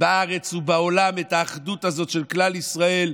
בארץ ובעולם את האחדות הזאת של כלל ישראל,